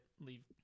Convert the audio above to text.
leave